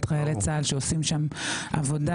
את חיילי צה"ל שעושים שם עבודה,